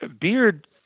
Beard